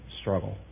struggle